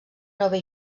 nova